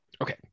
Okay